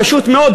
פשוט מאוד,